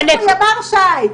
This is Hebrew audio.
איפה ימ"ר ש"י?